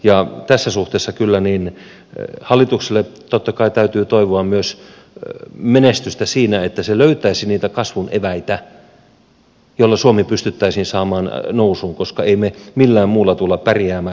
ja tässä suhteessa kyllä hallitukselle totta kai täytyy toivoa myös menestystä siinä että se löytäisi niitä kasvun eväitä joilla suomi pystyttäisiin saamaan nousuun koska emme me millään muulla tule pärjäämään